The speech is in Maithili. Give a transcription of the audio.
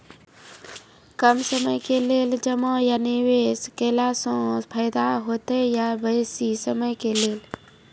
कम समय के लेल जमा या निवेश केलासॅ फायदा हेते या बेसी समय के लेल?